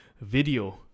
video